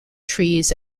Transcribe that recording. trees